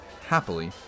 happily